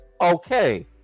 okay